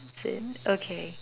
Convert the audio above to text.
it okay